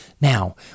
now